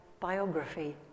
biography